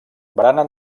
barana